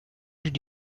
did